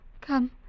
Come